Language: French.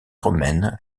romaine